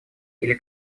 или